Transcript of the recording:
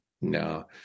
no